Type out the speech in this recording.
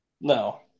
no